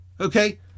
okay